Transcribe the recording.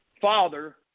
Father